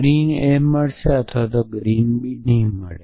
મને green a મળશે અથવા ગ્રીન b નહીં